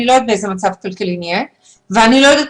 אני לא יודעת באיזה מצב כלכלי נהיה ואני לא יודעת